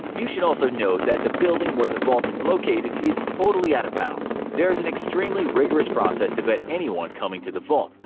you should also know that the building where the vault is located, is totally out of bounds. there's an extremely rigorous process to vet anyone coming to the vault.